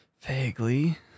Vaguely